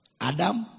Adam